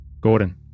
Gordon